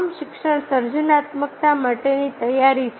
તમામ શિક્ષણ સર્જનાત્મકતા માટેની તૈયારી છે